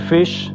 Fish